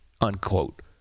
unquote